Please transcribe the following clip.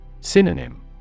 synonym